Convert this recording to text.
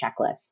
checklist